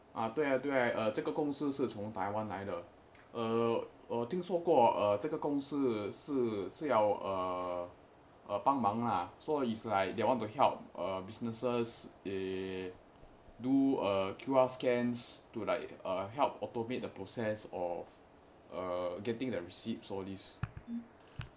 啊对呀对哦这个公司是从台湾来的哦哦听说过哦这个公司是要呃帮忙啊:a dui ya dui o zhe ge gong si shi cong tai wan lai de o o ting shuo guo o zhe ge gong si shi yao eai bang mang a so is like they want to help uh businesses they do err Q_R scans to like err help automate the process of uh getting their receipts all this